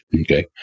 Okay